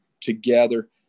together